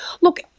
Look